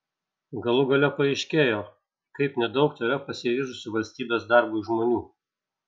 galų gale paaiškėjo kaip nedaug tėra pasiryžusių valstybės darbui žmonių